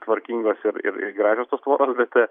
tvarkingos ir ir ir gražios tos tvoros bet